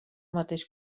mateix